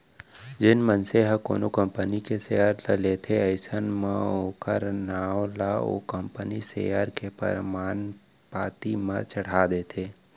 जेन मनसे ह कोनो कंपनी के सेयर ल लेथे अइसन म ओखर नांव ला ओ कंपनी सेयर के परमान पाती म चड़हा देथे